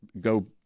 go